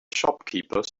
shopkeeper